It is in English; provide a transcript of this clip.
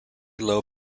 low